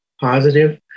positive